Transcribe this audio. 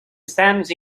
stands